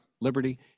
Liberty